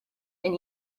and